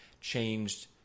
changed